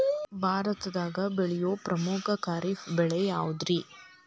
ಭಾರತದಾಗ ಬೆಳೆಯೋ ಪ್ರಮುಖ ಖಾರಿಫ್ ಬೆಳೆ ಯಾವುದ್ರೇ?